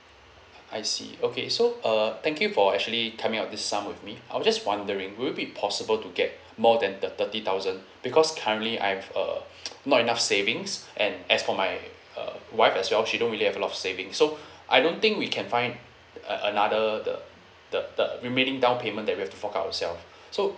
I see okay so uh thank you for actually coming up this sum with me I was just wondering will it be possible to get more than the thirty thousand because currently I've uh not enough savings and as for my uh wife as well she don't really have a lot of saving so I don't think we can find a~ another the the the remaining down payment that we have to fork out so